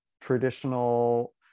traditional